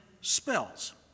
spells